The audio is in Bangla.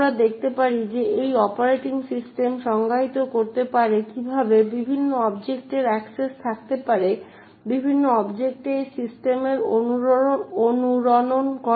আমরা দেখতে পাই যে অপারেটিং সিস্টেম সংজ্ঞায়িত করতে পারে কিভাবে বিভিন্ন অবজেক্টের অ্যাক্সেস থাকতে পারে বিভিন্ন অবজেক্টে সেই সিস্টেমের অনুরণন করে